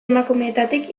emakumeetatik